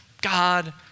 God